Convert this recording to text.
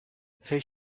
his